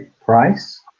Price